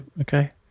Okay